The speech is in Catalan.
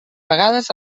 vegades